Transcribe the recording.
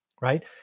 right